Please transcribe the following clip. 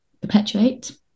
perpetuate